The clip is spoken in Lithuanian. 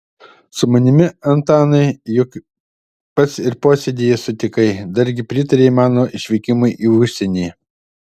su manimi antanai juk pats ir posėdyje sutikai dargi pritarei mano išvykimui į užsienį